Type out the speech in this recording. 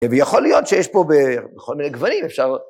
ויכול להיות שיש פה בכל מיני גבהים אפשר...